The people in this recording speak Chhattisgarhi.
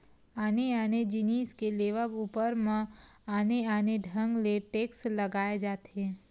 आने आने जिनिस के लेवब ऊपर म आने आने ढंग ले टेक्स लगाए जाथे